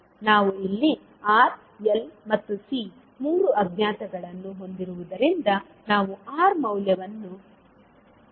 ನಾವು ಇಲ್ಲಿ R L ಮತ್ತು C 3 ಅಜ್ಞಾತಗಳನ್ನು ಹೊಂದಿರುವುದರಿಂದ ನಾವು R ಮೌಲ್ಯವನ್ನು ಸರಿಪಡಿಸುತ್ತೇವೆ